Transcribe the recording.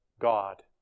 God